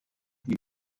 die